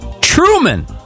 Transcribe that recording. Truman